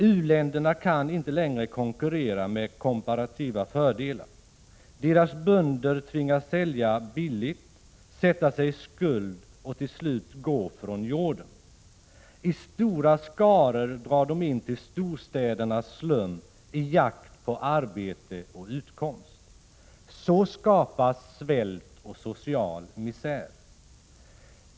U-länderna kan inte längre konkurrera med komparativa fördelar. Deras bönder tvingas sälja billigt, sätta sig i skuld och till slut gå från jorden. I stora skaror drar de in till storstädernas slum i jakt på arbete och utkomst. Så skapas svält och social misär.